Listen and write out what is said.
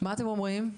מה אתם אומרים?